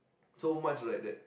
so much right that